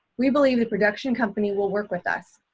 we believe the production company will work with us.